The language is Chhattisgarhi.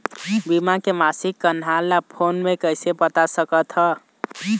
बीमा के मासिक कन्हार ला फ़ोन मे कइसे पता सकत ह?